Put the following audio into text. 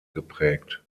geprägt